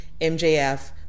MJF